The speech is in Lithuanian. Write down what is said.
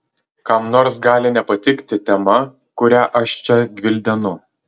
kam nors gali nepatikti tema kurią aš čia gvildenu